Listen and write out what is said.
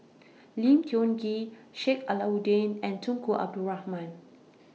Lim Tiong Ghee Sheik Alau'ddin and Tunku Abdul Rahman